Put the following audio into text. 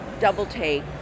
double-take